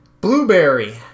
Blueberry